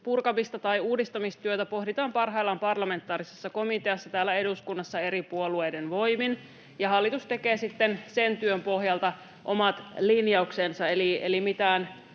purkamista tai uudistamistyötä pohditaan parhaillaan parlamentaarisessa komiteassa täällä eduskunnassa eri puolueiden voimin, ja hallitus tekee sitten sen työn pohjalta omat linjauksensa, eli mitään